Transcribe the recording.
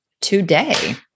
today